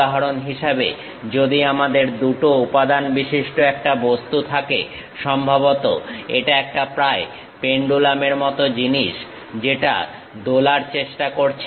উদাহরণ হিসেবে যদি আমাদের দুটো উপাদান বিশিষ্ট একটা বস্তু থাকে সম্ভবত এটা একটা প্রায় পেন্ডুলামের মত জিনিস যেটা দোলার চেষ্টা করছে